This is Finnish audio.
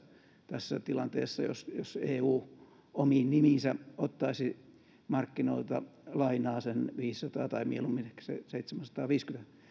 tässä tilanteessa jos jos eu omiin nimiinsä ottaisi markkinoilta lainaa sen viisisataa miljardia euroa tai mieluummin ehkä sen seitsemänsataaviisikymmentä